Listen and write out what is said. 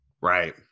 Right